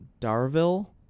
Darville